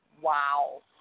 wow